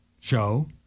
show